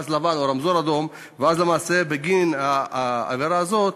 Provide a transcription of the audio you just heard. ולמעשה בגין העבירה הזאת